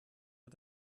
hat